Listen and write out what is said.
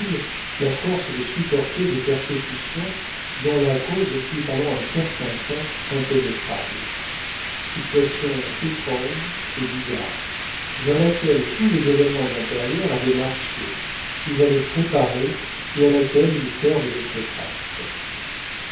la force de supporter des persécutions dont la cause fut pendant un certain temps impénétrable situation étrange et bizarre vers laquelle tous les événements antérieurs avaient marché qu'ils avaient préparée et à laquelle ils servent de préface